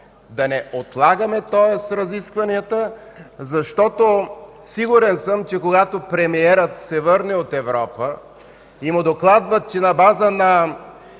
да не отлагаме разискванията, защото съм сигурен, че когато премиерът се върне от Европа и му докладват, че на база на